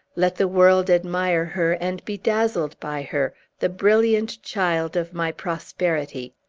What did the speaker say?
let the world admire her, and be dazzled by her, the brilliant child of my prosperity!